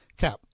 Cap